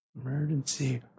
Emergency